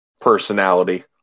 personality